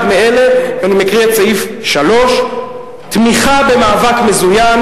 אחד מאלה" ואני מקריא את פסקה (3) "תמיכה במאבק מזוין